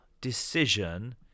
decision